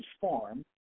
farm